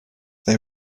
they